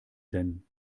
denn